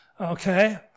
Okay